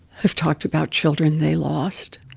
who've talked about children they lost.